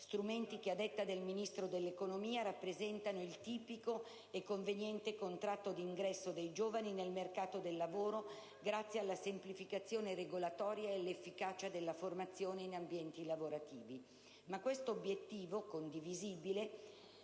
strumenti che, a detta del Ministro dell'economia, rappresentano il tipico e conveniente contratto di ingresso dei giovani nel mercato del lavoro grazie alla semplificazione regolatoria e all'efficacia della formazione in ambiente lavorativi. Ma questo obiettivo, condivisibile,